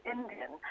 Indian